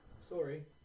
sorry